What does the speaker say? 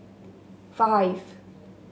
five